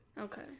okay